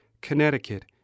Connecticut